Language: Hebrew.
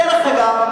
דרך אגב,